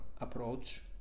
approach